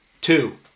Two